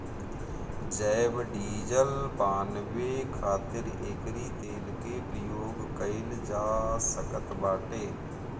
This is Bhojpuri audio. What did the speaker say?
जैव डीजल बानवे खातिर एकरी तेल के प्रयोग कइल जा सकत बाटे